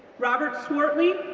robert swartley,